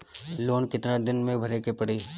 Loan कितना दिन मे भरे के पड़ी?